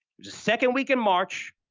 was the second week in march,